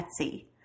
Etsy